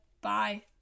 Bye